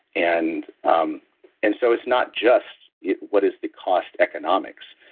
and um and so, it's not just what is the cost economics.